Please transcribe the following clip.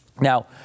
Now